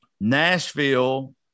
Nashville